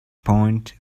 point